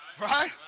Right